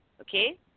Okay